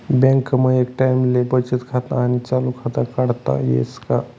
बँकमा एक टाईमले बचत खातं आणि चालू खातं काढता येस का?